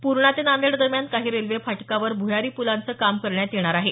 पूर्णा ते नांदेड दरम्यान काही रेल्वे फाटकावर भ्यारी पुलांचं काम करण्यात येणार आहे